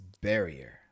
barrier